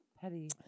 Petty